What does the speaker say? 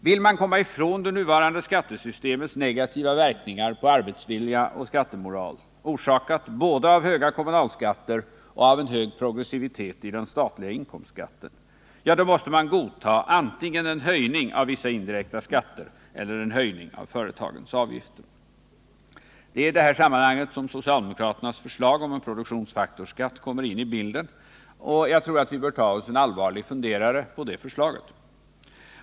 Vill man komma ifrån det nuvarande skattesystemets negativa verkningar på arbetsvilja och skattemoral — orsakat både av höga kommunalskatter och av en hög progressivitet i den statliga inkomstskatten — ja, då måste man godta antingen en höjning av vissa indirekta skatter eller en höjning av företagens avgifter. Det är i det här sammanhanget som socialdemokraternas förslag om en produktionsfaktorsskatt kommer in i bilden, och jag tror att vi bör ta oss en allvarlig funderare på det förslaget.